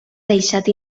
deixat